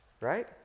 Right